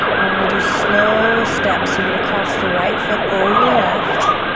and we're gonna do slow steps. you're gonna cross the right foot over the left,